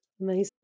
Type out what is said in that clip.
amazing